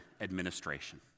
administration